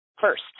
first